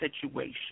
situation